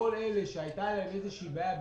וכל אלה שהייתה להם איזושהי בעיה ב-19'